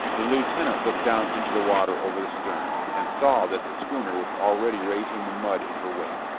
the lieutenant looked down into the water over the stern, and saw that the schooner was already raising the mud in her wake.